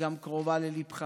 גם קרובה לליבך